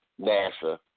NASA